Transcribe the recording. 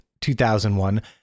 2001